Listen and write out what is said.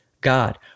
God